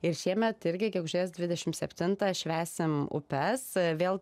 ir šiemet irgi gegužės dvidešimt septintą švęsim upes vėl